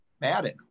Madden